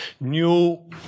new